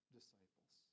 disciples